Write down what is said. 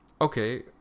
okay